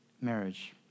marriage